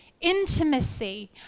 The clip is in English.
intimacy